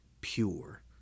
pure